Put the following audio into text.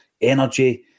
energy